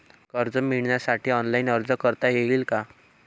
कर्ज मिळण्यासाठी ऑफलाईन अर्ज करता येईल का?